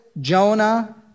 Jonah